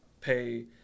pay